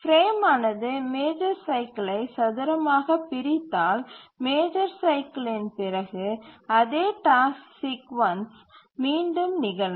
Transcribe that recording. frame ஆனது major சைக்கிலை சதுரமாகப் பிரித்தால் மேஜர் சைக்கிலின் பிறகு அதே டாஸ்க் சீக்குவன்ஸ் மீண்டும் நிகழும்